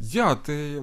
jo tai